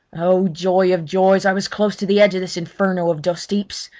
oh joy of joys! i was close to the edge of this inferno of dustheaps.